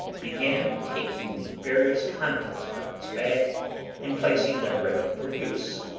began taking the various contents from his bag and placing them ready for use.